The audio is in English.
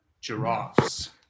giraffes